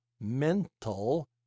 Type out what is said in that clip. mental